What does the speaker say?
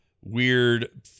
weird